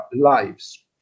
lives